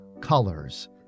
colors